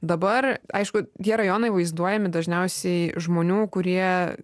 dabar aišku tie rajonai vaizduojami dažniausiai žmonių kurie